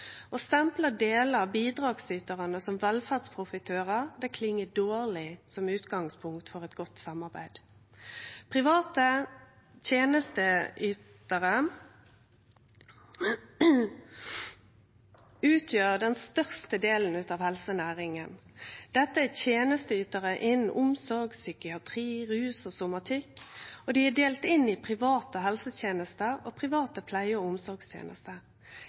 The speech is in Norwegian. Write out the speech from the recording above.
Å stemple delar av bidragsytarane som velferdsprofitørar kling dårleg som utgangspunkt for eit godt samarbeid. Private tenesteytarar utgjer den største delen av helsenæringa. Dette er tenesteytarar innan omsorg, psykiatri, rus og somatikk, og dei er delte inn i private helsetenester og private pleie- og omsorgstenester.